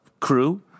crew